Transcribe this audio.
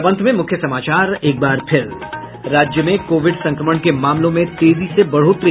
और अब अंत में मुख्य समाचार राज्य में कोविड संक्रमण के मामलों में तेजी से बढ़ोतरी